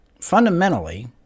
fundamentally